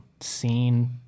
scene